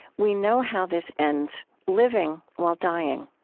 we know how this ends living while dying